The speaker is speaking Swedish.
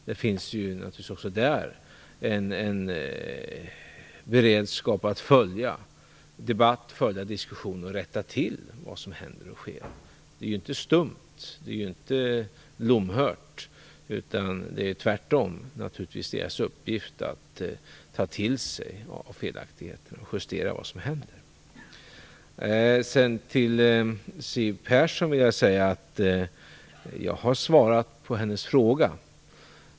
Det finns ju även där en beredskap att följa debatten och diskussionen och rätta till det som händer och sker. Den är ju inte stum, den är inte lomhörd - utan det är tvärtom deras uppgift att ta till sig felaktigheterna och justera det som händer. Till Siw Persson vill jag säga att jag har svarat på hennes fråga.